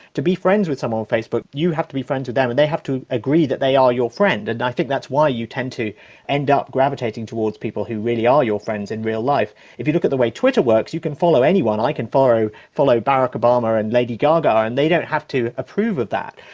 to be friends with someone on facebook you have to be friends with them and they have to agree that they are your friend, and i think that's why you tend to end up gravitating towards people who really are your friends in real life. if you look at the way twitter works, you can follow anyone. i can follow follow barack obama and lady gaga and they don't have to approve that.